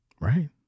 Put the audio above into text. Right